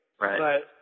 Right